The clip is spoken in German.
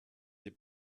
die